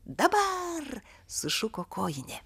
dabar sušuko kojinė